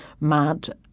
mad